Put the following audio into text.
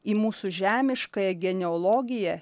į mūsų žemiškąją geneologiją